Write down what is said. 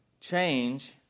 change